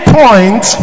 point